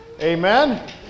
Amen